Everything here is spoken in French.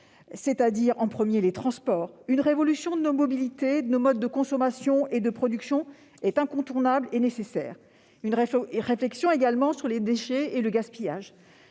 c'est-à-dire en premier lieu dans les transports. Une révolution de nos mobilités et de nos modes de consommation et de production est donc incontournable et nécessaire. Une réflexion doit également être menée sur les déchets et le gaspillage.